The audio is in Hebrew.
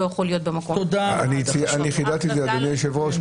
לא יכול להיות במקום --- אני חידדתי את זה אדוני היושב-ראש,